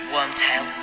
Wormtail